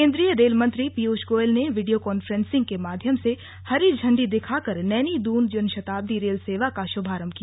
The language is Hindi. केन्द्रीय रेल मंत्री पीयूष गोयल ने वीडियो कांफ्रेसिंग के माध्यम से हरी झण्डी दिखाकर नैनी दृन जनशताब्दी रेल सेवा का शुभारम्भ किया